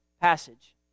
passage